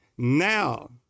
Now